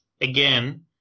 again